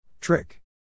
Trick